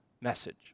message